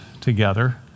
together